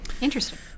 interesting